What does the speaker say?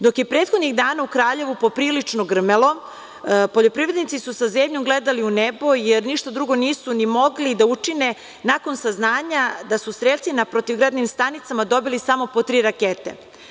Dok je prethodnih dana u Kraljevu po prilično grmelo, poljoprivrednici su sa zebnjom gledali u nebo, jer ništa drugo nisu ni mogli da učine nakon saznanja da su strelci na protivgradnim stanicama dobili samo po tri rakete.